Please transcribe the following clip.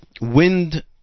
wind